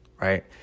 right